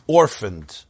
orphaned